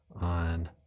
on